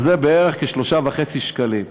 זה בערך 3.5 שקלים.